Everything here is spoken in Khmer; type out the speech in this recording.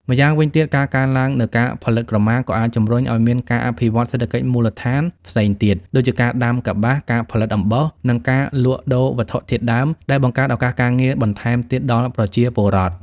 ម្យ៉ាងវិញទៀត ការកើនឡើងនូវការផលិតក្រមា ក៏អាចជំរុញឲ្យមានការអភិវឌ្ឍន៍ សេដ្ឋកិច្ចមូលដ្ឋាន ផ្សេងទៀត ដូចជាការដាំកប្បាស ការផលិតអំបោះ និងការលក់ដូរវត្ថុធាតុដើម ដែលបង្កើតឱកាសការងារបន្ថែមទៀតដល់ប្រជាពលរដ្ឋ។